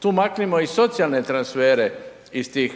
Tu maknimo i socijalne transfere iz tih